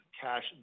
cash